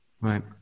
right